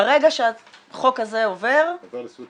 ברגע שהחוק הזה עובר -- עובר לשביעות